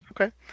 Okay